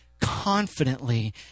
confidently